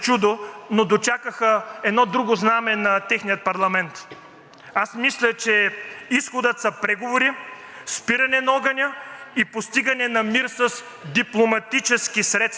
спиране на огъня и постигане на мир с дипломатически средства. Армията ни наистина трябва да се модернизира, но не като първо се разоръжи.